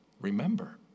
Remember